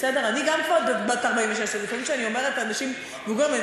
אני גם כבר עוד מעט בת 46. לפעמים כשאני אומרת שאנשים מבוגרים ממני,